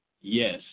Yes